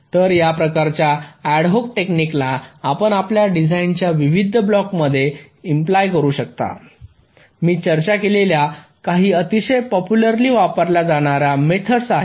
तर या प्रकारच्या अॅडहॉक टेक्निकला आपण आपल्या डिझाइनच्या विविध ब्लॉकमध्ये इम्प्लाय करू शकता मी चर्चा केलेल्या काही अतिशय पॉप्युलरली वापरल्या जाणार्या मेथोड्स आहेत